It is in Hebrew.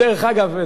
דרך אגב,